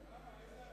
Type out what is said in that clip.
כמה?